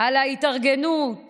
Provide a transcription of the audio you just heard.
על ההתארגנות